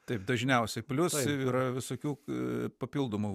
taip dažniausiai plius yra visokių papildomų